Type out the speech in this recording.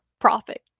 profit